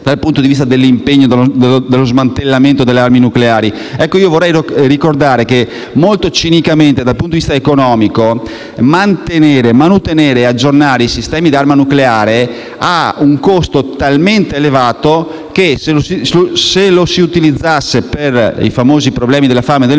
dal punto di vista dell'impegno nello smantellamento delle armi nucleari. Vorrei ricordare che, molto cinicamente, dal punto di vista economico, mantenere, manutenere e aggiornare i sistemi d'arma nucleare ha un costo talmente elevato, che se si utilizzassero queste risorse per combattere la fame nel mondo,